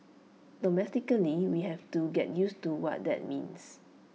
domestically we have to get used to what that means